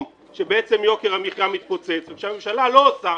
שבעצם יוקר המחיה מתפוצץ ושהממשלה לא עושה,